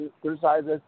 criticizes